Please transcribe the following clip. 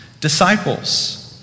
disciples